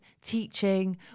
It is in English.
Teaching